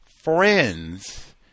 friends